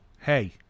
hey